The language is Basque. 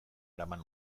eraman